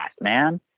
man